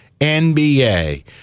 NBA